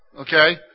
okay